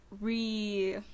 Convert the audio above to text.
re